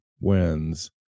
wins